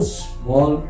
small